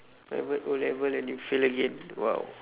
private O-level then you fail again !wow!